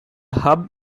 hub